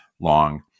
long